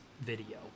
video